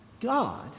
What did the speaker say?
God